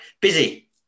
busy